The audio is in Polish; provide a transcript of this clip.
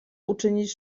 uczynić